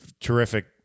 terrific